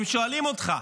הם שואלים אותך: